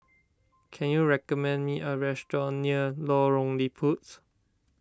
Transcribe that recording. can you recommend me a restaurant near Lorong Liput